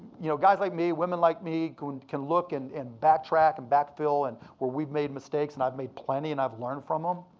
you know guys like me, women like me, can can look and and backtrack and backfill in and where we've made mistakes. and i've made plenty, and i've learned from em.